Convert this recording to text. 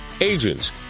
agents